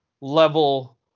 level